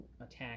attack